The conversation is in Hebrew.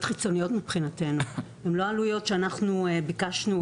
חיצוניות מבחינתנו: הן לא עלויות שאנחנו ביקשנו,